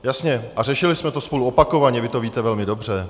A jasně, řešili jsme to spolu opakovaně, vy to víte velmi dobře.